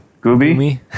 Gooby